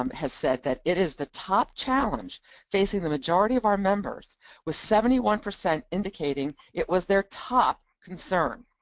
um has said that it is the top challenge facing the majority of our members with seventy one percent indicating it was their top concern.